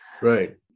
Right